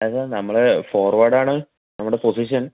അതെ നമ്മൾ ഫോർവേഡ് ആണ് നമ്മുടെ പൊസിഷൻ